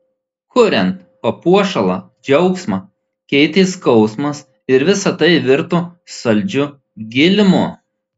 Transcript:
kuriant papuošalą džiaugsmą keitė skausmas ir visa tai virto saldžiu gėlimu